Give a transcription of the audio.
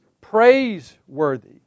praiseworthy